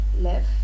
left